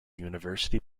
university